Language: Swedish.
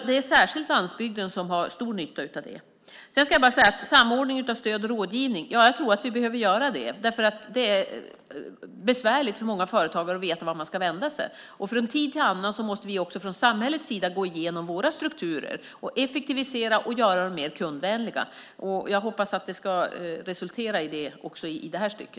Det är särskilt landsbygden som har stor nytta av det. Vi behöver samordna stöd och rådgivning. Det är besvärligt för många företagare att veta vart man ska vända sig. Från tid till annan måste vi också från samhällets sida gå igenom våra strukturer, effektivisera och göra dem mer kundvändliga. Jag hoppas att det ska resultera i det också i detta stycke.